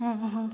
ହଁ ହଁ ହଁ